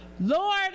Lord